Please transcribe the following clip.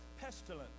pestilence